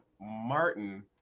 Martin